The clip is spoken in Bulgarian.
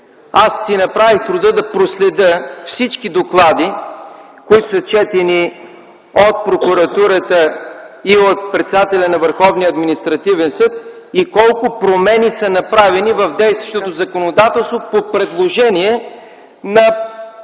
Аз си направих труда да проследя всички доклади, четени от прокуратурата и от председателя на Върховния административен съд и колко промени са направени в действащото законодателство по предложение на